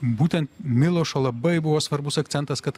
būtent milošo labai buvo svarbus akcentas kad